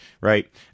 right